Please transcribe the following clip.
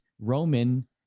Roman